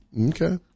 Okay